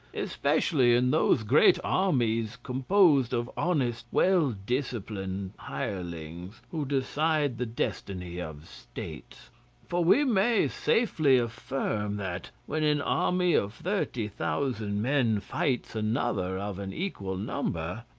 especially in those great armies composed of honest well-disciplined hirelings, who decide the destiny of states for we may safely affirm that when an army of thirty thousand men fights another of an equal number,